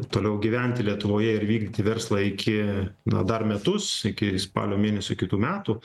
toliau gyventi lietuvoje ir vykdyti verslą iki na dar metus iki spalio mėnesio kitų metų